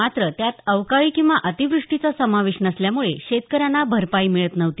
मात्र त्यात अवकाळी किंवा अतिवृष्टीचा समावेश नसल्यामुळे शेतकऱ्यांना भरपाई मिळत नव्हती